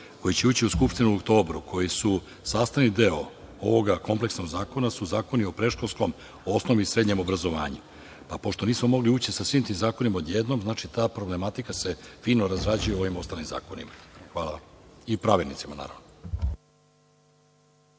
koji će ući u Skupštinu, koji su sastavni deo ovoga kompleksnog zakona su zakoni o predškolskom, osnovnom i srednjem obrazovanju. Pošto nismo mogli ući sa svim zakonima odjednom, ta problematika se fino razrađuje ovim ostalim zakonima i pravilnicima. Hvala.